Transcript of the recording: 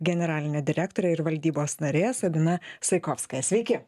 generalinė direktorė ir valdybos narė sabina saikovskaja sveiki